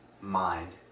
mind